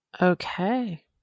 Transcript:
Okay